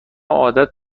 عادت